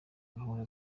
gahunda